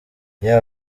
yewe